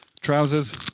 Trousers